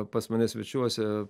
pas mane svečiuose